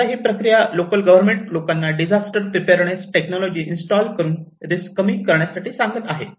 आता ही प्रक्रिया लोकल गव्हर्न्मेंट लोकांना डिजास्टर प्रिपेअरनेस टेक्नॉलॉजी इंस्टॉल करून रिस्क कमी करण्यासाठी सांगत आहेत